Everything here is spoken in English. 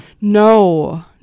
No